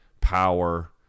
power